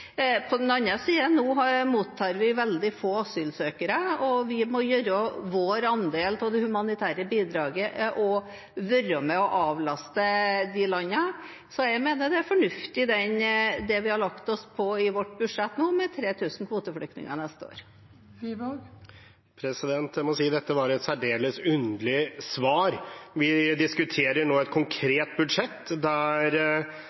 På den andre siden mottar vi nå veldig få asylsøkere. Vi må gjøre vår andel av det humanitære bidraget og være med på å avlaste de landene, så jeg mener at det vi har lagt oss på i vårt budsjett nå, med 3 000 kvoteflyktninger neste år, er fornuftig. Jeg må si dette var et særdeles underlig svar. Vi diskuterer nå et konkret budsjett der